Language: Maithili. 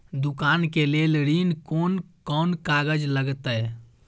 दुकान के लेल ऋण कोन कौन कागज लगतै?